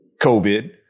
COVID